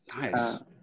Nice